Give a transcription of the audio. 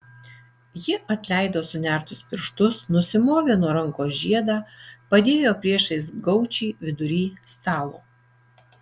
ji atleido sunertus pirštus nusimovė nuo rankos žiedą padėjo priešais gaučį vidury stalo